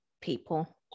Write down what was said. People